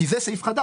כי זה סעיף חדש.